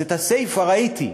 אז את הסיפה ראיתי.